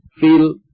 feel